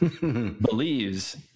believes